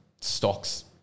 stocks